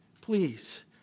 Please